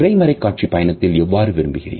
திரை மறைகாட்சி பயணத்தை எவ்வாறு விரும்புகிறீர்கள்